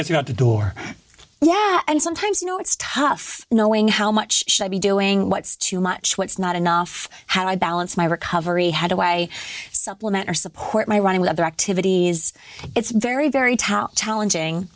because you're out the door yeah and sometimes you know it's tough knowing how much should i be doing what's too much what's not enough how i balance my recovery had a way supplement or support my running with other activities it's very very top talen